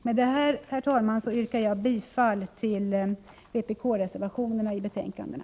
Med det här, herr talman, yrkar jag bifall till vpk-reservationerna vid betänkandena.